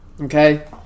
Okay